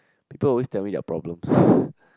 people always tell me their problems